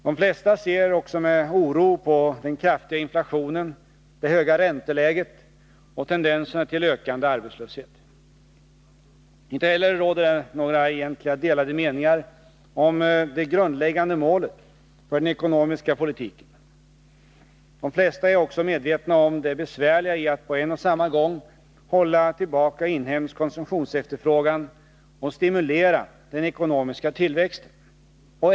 De flesta ser också med oro på den kraftiga inflationen, det höga ränteläget och tendenserna till ökande arbetslöshet. Inte heller råder det några egentliga delade meningar om det grundläggande målet för den ekonomiska politiken. De flesta är också medvetna om det besvärliga i att på en och samma gång hålla tillbaka inhemsk konsumtionsefterfrågan och stimulera den ekonomiska tillväxten.